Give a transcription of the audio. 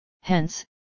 Hence